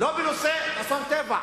לא בנושא אסון טבע.